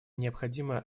необходима